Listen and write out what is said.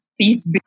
peace